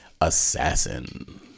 assassin